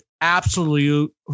absolute